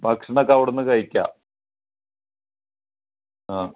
ഭക്ഷണം ഒക്കെ അവിടുന്ന് കഴിക്കാം ആ